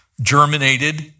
germinated